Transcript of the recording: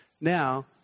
Now